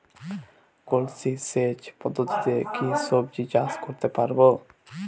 কলসি সেচ পদ্ধতিতে কি সবজি চাষ করতে পারব?